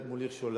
מוליך שולל.